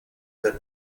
per